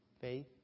Faith